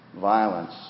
violence